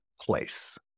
place